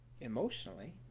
emotionally